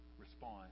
respond